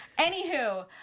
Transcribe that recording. Anywho